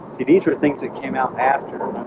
see these were things that came out after